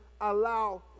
allow